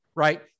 Right